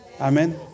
Amen